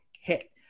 hit